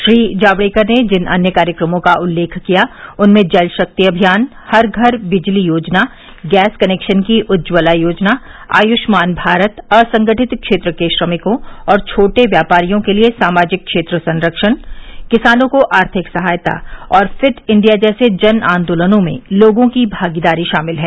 श्री जावडेकर ने जिन अन्य कार्यक्रमों का उल्लेख किया उनमें जल शक्ति अभियान हर घर बिजली योजना गैस कनेक्शन की उज्ज्वला योजना आयुष्मान भारत असंगठित क्षेत्र के श्रमिकों और छोटे व्यापारियों के लिए सामाजिक क्षेत्र संरक्षण किसानों को आर्थिक सहायता और फिट इंडिया जैसे जनआंदोलनों में लोगों की भागीदारी शामिल है